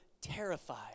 terrified